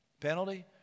Penalty